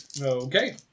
Okay